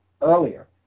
earlier